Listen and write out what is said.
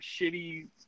shitty